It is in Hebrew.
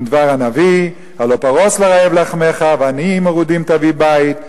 דבר הנביא: הלוא פרוס לרעב לחמך ועניים מרודים תביא בית,